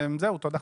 תודה.